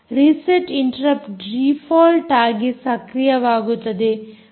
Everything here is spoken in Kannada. ರಿಸೆಟ್ ಇಂಟರಪ್ಟ್ ಡಿಫಾಲ್ಟ್ ಆಗಿ ಸಕ್ರಿಯವಾಗುತ್ತದೆ